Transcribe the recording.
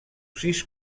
sis